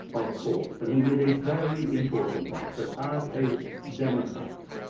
of course, and he made a very important point, that, as a democrat,